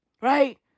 Right